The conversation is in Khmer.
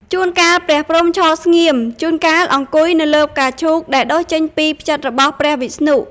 ជួនកាល ព្រះព្រហ្មឈរស្ងៀម ជួនកាលអង្គុយនៅលើផ្កាឈូកដែលដុះចេញពី ផ្ចិតរបស់ព្រះវិស្ណុ។